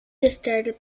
distributed